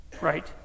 right